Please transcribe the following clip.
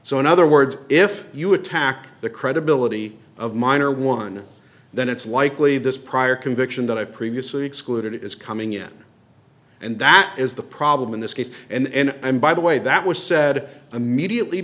so in other words if you attack the credibility of minor one then it's likely this prior conviction that i previously excluded is coming in and that is the problem in this case and by the way that was said immediately